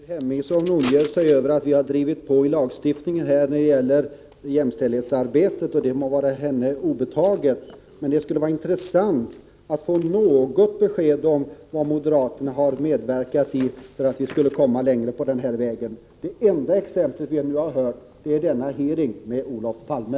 Herr talman! Ingrid Hemmingsson bekymrar sig över att vi har drivit på lagstiftningen när det gäller jämställdhetsarbetet. Det må vara henne obetaget. Det vore intressant att få något besked om vad moderaterna har medverkat i för att vi skulle komma längre på jämställdhetsvägen. Det enda exemplet som vi nu har hört är denna hearing med Olof Palme.